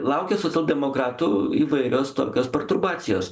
laukia socialdemokratų įvairios tokios perturbacijos